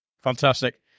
fantastic